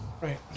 Right